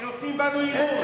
שנותנים בנו אמון.